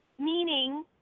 Meaning